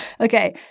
Okay